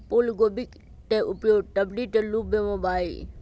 फूलगोभी के उपयोग सब्जी के रूप में होबा हई